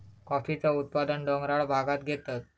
कॉफीचा उत्पादन डोंगराळ भागांत घेतत